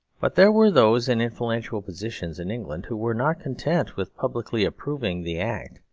but there were those in influential positions in england who were not content with publicly approving the act,